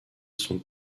son